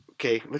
Okay